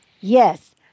Yes